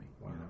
Wow